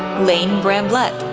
lane bramblett,